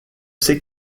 sait